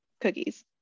cookies